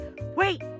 Wait